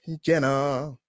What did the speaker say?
jenna